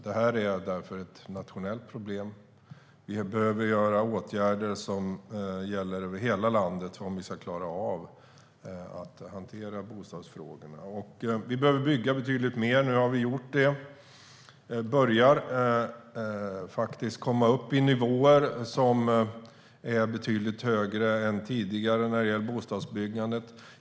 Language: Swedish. Det är därför ett nationellt problem, och vi behöver vidta åtgärder som gäller över hela landet om vi ska klara av att hantera bostadsfrågorna. Vi behöver bygga betydligt mer. Nu har vi gjort det, och vi börjar faktiskt komma upp i nivåer som är betydligt högre än tidigare när det gäller bostadsbyggandet.